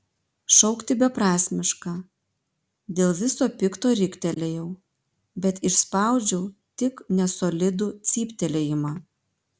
šaukti beprasmiška dėl viso pikto riktelėjau bet išspaudžiau tik nesolidų cyptelėjimą